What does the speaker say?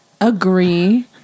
agree